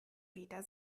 wieder